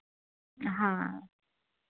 हाँ